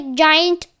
giant